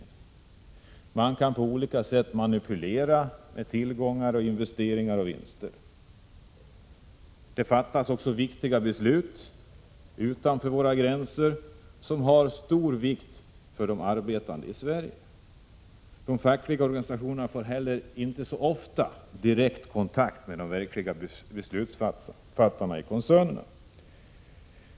Företagen kan på olika sätt manipulera med tillgångar, investeringar och vinster. Det fattas också viktiga beslut utanför vårt lands gränser som har stor betydelse för de arbetande i Sverige. De fackliga organisationerna får inte heller så ofta direkt kontakt med de verkliga beslutsfattarna i koncernerna.